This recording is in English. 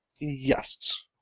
Yes